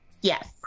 Yes